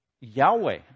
Yahweh